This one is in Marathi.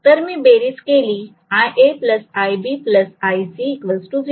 जर मी बेरीज केली iA iB iC 0